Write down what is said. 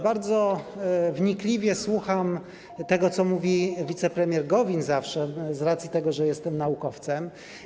Bardzo wnikliwie zawsze słucham tego, co mówi wicepremier Gowin, z racji tego, że jestem naukowcem.